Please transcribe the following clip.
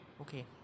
Okay